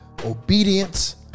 Obedience